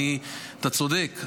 אתה צודק,